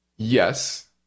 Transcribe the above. Yes